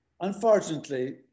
Unfortunately